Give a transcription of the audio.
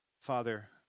Father